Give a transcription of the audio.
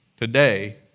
today